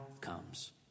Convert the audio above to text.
comes